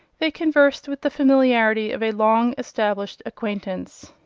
they conversed with the familiarity of a long-established acquaintance.